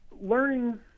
learning